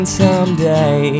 someday